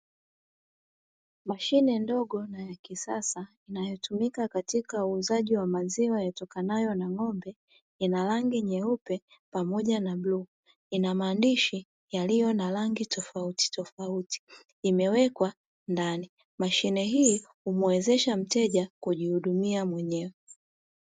Mashine ndogo na ya kisasa inayotumika katika uuzaji wa maziwa yatokanayo na n'gombe inarangi nyeupe pamoja na bluu, inamaandishi yaliyo na rangi tofautitofauti imewekwa ndani mashine hii humwezesha mteja kujihudumia mwenyewe.